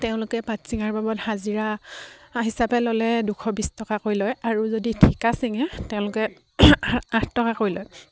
তেওঁলোকে পাত চিঙাৰ বাবদ হাজিৰা হিচাপে ল'লে দুশ বিছ টকাকৈ লয় আৰু যদি ঠিকা চিঙে তেওঁলোকে আঠ টকাকৈ লয়